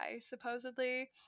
supposedly